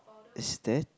is that